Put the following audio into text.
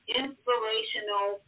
inspirational